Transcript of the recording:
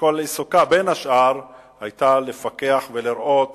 שכל עיסוקה, בין השאר, היה לפקח ולראות